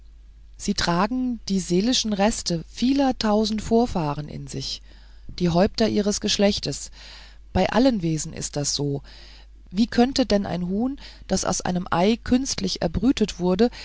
sie tragen die seelischen reste vieler tausend vorfahren in sich die häupter ihres geschlechtes bei allen wesen ist es so wie könnte denn ein huhn das aus einem ei künstlich erbrütet wurde